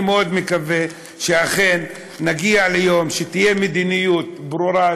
אני מאוד מקווה שאכן נגיע ליום שתהיה מדיניות ברורה,